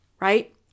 right